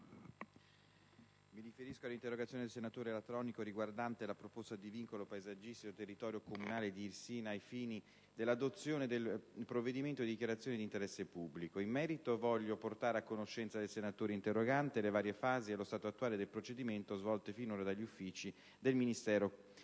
mi riferisco all'interrogazione del senatore Latronico riguardante la proposta di vincolo paesaggistico del territorio comunale di Irsina ai fini dell'adozione del provvedimento di dichiarazione di interesse pubblico. In merito voglio portare a conoscenza del senatore interrogante le varie fasi e lo stato attuale del procedimento, svolto finora dai diversi uffici del Ministero